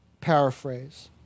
paraphrase